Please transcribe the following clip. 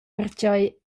pertgei